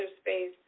space